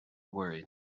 worried